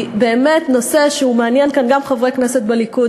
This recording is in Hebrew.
היא באמת נושא שמעניין כאן גם חברי כנסת בליכוד,